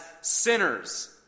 sinners